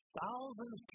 thousands